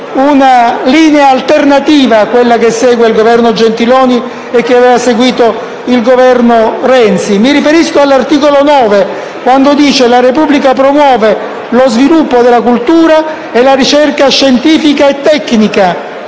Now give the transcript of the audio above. una linea alternativa a quella seguita dal Governo Gentiloni Silveri e dal Governo Renzi. Mi riferisco all'articolo 9, che recita: «La Repubblica promuove lo sviluppo della cultura e la ricerca scientifica e tecnica».